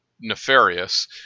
nefarious